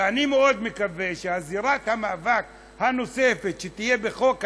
ואני מאוד מקווה שזירת המאבק הנוספת שתהיה בחוק הלאום,